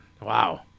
Wow